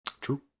True